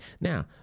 now